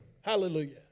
Hallelujah